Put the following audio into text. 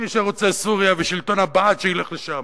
מי שרוצה סוריה ושלטון הבעת' שילך לשם.